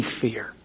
fear